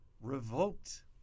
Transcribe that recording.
revoked